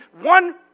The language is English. one